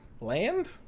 land